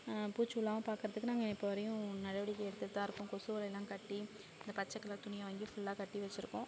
பூச்சி விழாம பார்க்குறதுக்கு நாங்கள் இப்போ வரையும் நடவடிக்கை எடுத்துவிட்டுதான் இருக்கோம் கொசு வலையெலாம் கட்டி இந்த பச்சை கலர் துணியை வாங்கி ஃபுல்லாக கட்டி வச்சுருக்கோம்